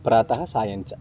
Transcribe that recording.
प्रातः सायञ्च